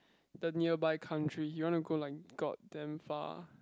the nearby country he want to go like god damn far